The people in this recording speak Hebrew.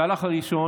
התהליך הראשון,